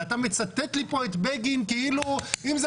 ואתה מצטט לי פה את בגין כאילו אם זה